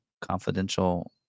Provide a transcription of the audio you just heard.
confidential